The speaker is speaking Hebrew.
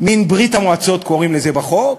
מין "ברית המועצות", קוראים לזה בחוק,